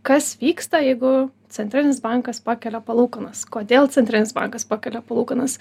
kas vyksta jeigu centrinis bankas pakelia palūkanas kodėl centrinis bankas pakelia palūkanas